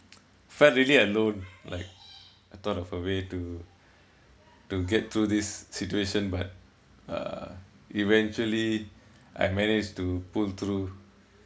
felt really alone like I thought of a way to to get through this situation but uh eventually I managed to pull through